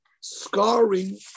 scarring